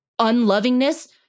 unlovingness